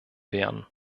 wären